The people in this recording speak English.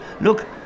look